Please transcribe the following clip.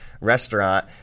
restaurant